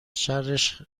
شرش